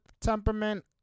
temperament